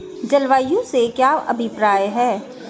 जलवायु से क्या अभिप्राय है?